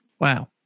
Wow